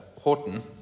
Horton